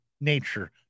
nature